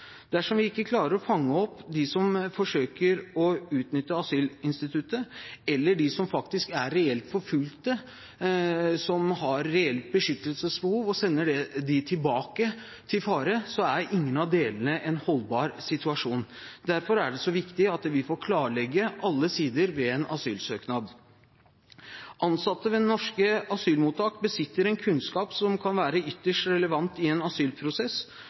Dersom vi ikke klarer å fange opp dem som forsøker å utnytte asylinstituttet eller dem som faktisk er reelt forfulgte, som har reelt beskyttelsesbehov, og sender dem tilbake til fare, er ingen av delene en holdbar situasjon. Derfor er det så viktig at vi får klarlegge alle sider ved en asylsøknad. Ansatte ved norske asylmottak besitter en kunnskap som kan være ytterst relevant i en asylprosess.